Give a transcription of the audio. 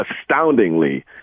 Astoundingly